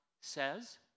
says